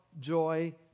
joy